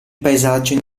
paesaggio